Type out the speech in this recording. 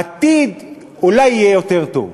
בעתיד אולי יהיה יותר טוב,